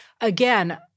again